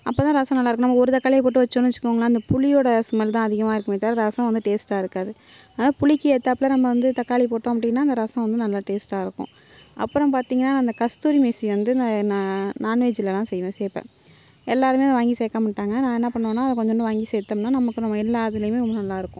அப்போ தான் ரசம் நல்லாயிருக்கும் நம்ம ஒரு தக்காளியை போட்டு வைச்சோனு வச்சுகோங்களேன் அந்த புளியோட ஸ்மெல் தான் அதிகமாக இருக்குமே தவிர ரசம் வந்து டேஸ்ட்டாயிருக்காது ஆனால் புளிக்கேற்றாப்புல நம்ம வந்து தக்காளி போட்டோம் அப்படினா அந்த ரசம் வந்து நல்லா டேஸ்ட்டாயிருக்கும் அப்புறம் பார்த்திங்கனா அந்த கஸ்தூரி மேஸ்தி வந்து நான் நான் வெஜ்லெலாம் செய்வேன் சேர்ப்பேன் எல்லாேருமே அதை வாங்கி சேர்க்க மாட்டாங்க நான் என்ன பண்ணுவேன்னால் அதை கொஞ்சோண்டு வாங்கி சேர்த்தோம்னா நமக்கு நம்ம எல்லா இதிலயுமே இன்னும் நல்லாயிருக்கும்